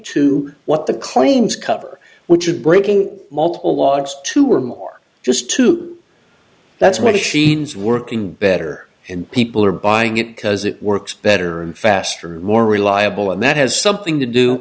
to what the claims cover which is breaking multiple logs two or more just two that's where the sheens working better and people are buying it because it works better and faster and more reliable and that has something to do